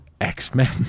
X-Men